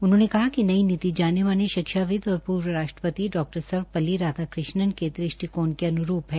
उन्होंने कहा कि नई नीति जाने मामले शिक्षाविद् औ पूर्व राष्ट्रपति डॉ सर्वप्ल्ली राधाकृष्णन के दृष्टिकोश के अन्रूप् है